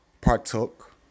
partook